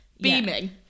Beaming